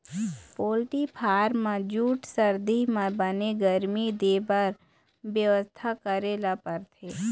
poultry farm म जूड़ सरदी म बने गरमी देबर बेवस्था करे ल परथे